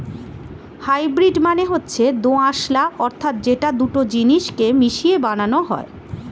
hybrid মানে হচ্ছে দোআঁশলা অর্থাৎ যেটা দুটো জিনিস কে মিশিয়ে বানানো হয়